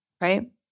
Right